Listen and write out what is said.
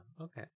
okay